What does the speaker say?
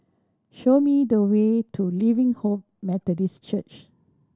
show me the way to Living Hope Methodist Church